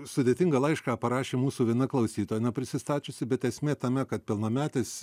sudėtingą laišką parašė mūsų viena klausytoja neprisistačiusi bet esmė tame kad pilnametis